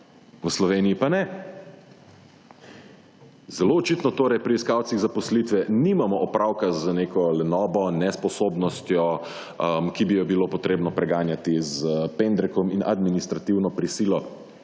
v Sloveniji pa ne. Zelo očitno torej pri iskalcih zaposlitve nimamo opravka z neko lenobo, nesposobnostjo, ki bi jo bilo potrebno preganjati s pendrekom in administrativno prisilo,